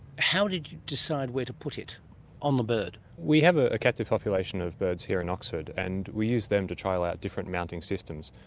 how did you decide where to put it on the bird? we have a captive population of birds here in oxford and we used them to trial out different mounting systems.